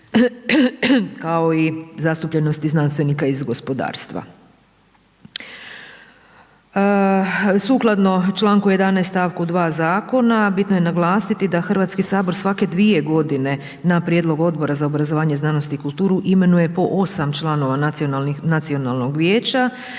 kao i zastupljenosti znanstvenika iz gospodarstva. Sukladno članku 11. stavku 2. zakona bitno je naglasiti da Hrvatski sabor svake 2 godine na prijedlog Odbora za obrazovanje, znanost i kulturu imenuje po 8 članova Nacionalnog vijeća